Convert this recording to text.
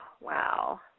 wow